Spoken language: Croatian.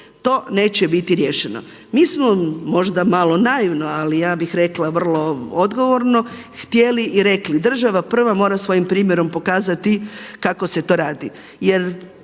to neće biti riješeno. Mi smo možda malo naivno, ali ja bih rekla vrlo odgovorno htjeli i rekli, država prva mora svojim primjerom pokazati kako se to radi